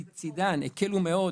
מצדן, הן הקלו מאוד.